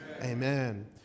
Amen